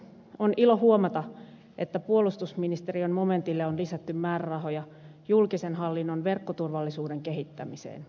on ilo huomata että puolustusministeriön momentille on lisätty määrärahoja julkisen hallinnon verkkoturvallisuuden kehittämiseen